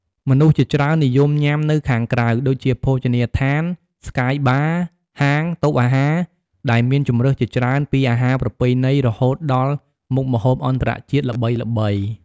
មនុស្សជាច្រើននិយមញ៉ាំនៅខាងក្រៅ ដូចជា ភោជនីយដ្ឋាន ស្កាយបារ៍ ហាង តូបអាហារ ដែលមានជម្រើសជាច្រើនពីអាហារប្រពៃណីរហូតដល់មុខម្ហូបអន្តរជាតិល្បីៗ។